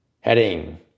heading